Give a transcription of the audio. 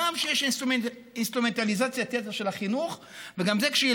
גם זה שיש אינסטרומנטליזציית-יתר של החינוך וגם זה שהיא